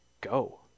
go